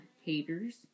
haters